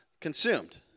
consumed